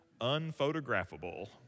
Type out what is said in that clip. unphotographable